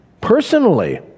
Personally